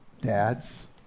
dads